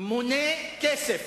מונה כסף,